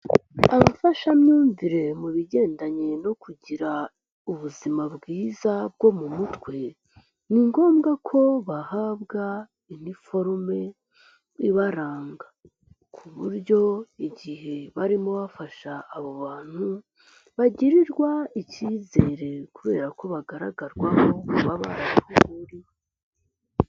Abafashamyumvire mu bigendanye no kugira ubuzima bwiza bwo mu mutwe, ni ngombwa ko bahabwa iniforume ibaranga, ku buryo igihe barimo bafasha abo bantu bagirirwa icyizere kubera ko bagaragarwaho kuba barabihuguriwe.